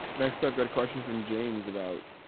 no, sir. i've got a question from james about,